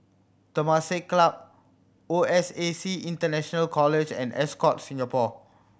Temasek Club O S A C International College and Ascott Singapore